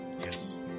Yes